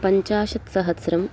पञ्चाशत्सहस्रम्